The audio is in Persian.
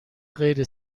غیر